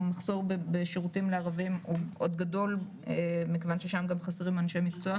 המחסור בשירותים לערבים הוא עוד גדול מכיוון ששם גם חסרים אנשי מקצוע,